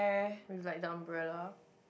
with like the umbrella